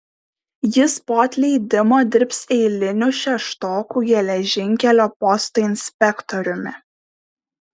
jis po atleidimo dirbs eiliniu šeštokų geležinkelio posto inspektoriumi